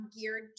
geared